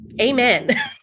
amen